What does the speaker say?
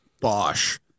Bosh